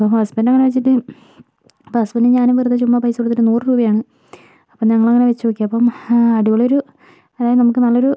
അപ്പം ഹസ്ബൻഡ് അങ്ങനെ വെച്ചിട്ട് അപ്പോൾ ഹസ്ബെൻഡും ഞാനും വെറുതെ ചുമ്മാ പൈസ കൊടുത്തിട്ട് നൂറു രൂപയാണ് അപ്പം ഞങ്ങളങ്ങനെ വെച്ചുനോക്കി അപ്പം അടിപൊളിയൊരു അതായത് നമുക്ക് നല്ലൊരു